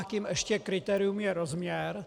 A ještě kritérium je rozměr.